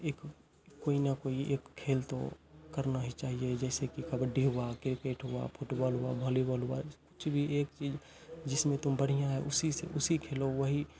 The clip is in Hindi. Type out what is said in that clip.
एक कोई ना कोई एक खेल तो करना ही चाहिए जैसे कि कबड्डी हुआ किरकेट हुआ फुटबॉल हुआ वॉलीबॉल हुआ कुछ भी एक चीज़ जिसमें तुम बढ़िया हैं उसी से उसे खेलो वही